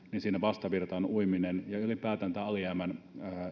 siinä vastavirtaan uiminen ja ja ylipäätään tämän alijäämän